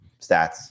stats